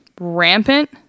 rampant